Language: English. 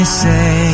say